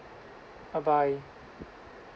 bye bye